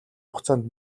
хугацаанд